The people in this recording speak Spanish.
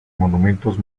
monumentos